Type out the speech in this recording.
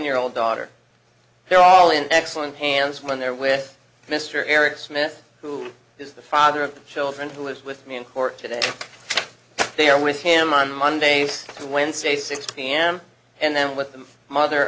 year old daughter they're all in excellent hands when they're with mr eric smith who is the father of the children who is with me in court today they are with him on monday through wednesday six pm and then with the mother